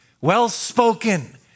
well-spoken